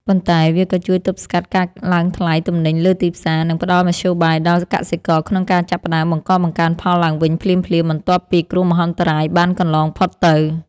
ប៉ុន្តែវាក៏ជួយទប់ស្កាត់ការឡើងថ្លៃទំនិញលើទីផ្សារ និងផ្តល់មធ្យោបាយដល់កសិករក្នុងការចាប់ផ្តើមបង្កបង្កើនផលឡើងវិញភ្លាមៗបន្ទាប់ពីគ្រោះមហន្តរាយបានកន្លងផុតទៅ។